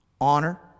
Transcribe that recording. honor